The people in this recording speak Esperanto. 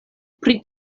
pri